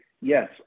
yes